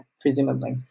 presumably